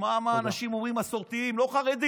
שמע מה אנשים מסורתיים אומרים, לא חרדים,